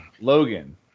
Logan